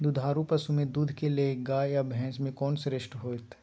दुधारू पसु में दूध के लेल गाय आ भैंस में कोन श्रेष्ठ होयत?